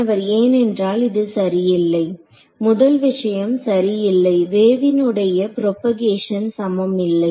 மாணவர் ஏனென்றால் இது சரியில்லை முதல் விஷயம் சரி இல்லை வேவினுடைய புரோபகேஷன் சமம் இல்லை